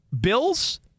Bills